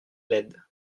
laides